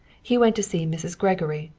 he went to see mrs. gregory.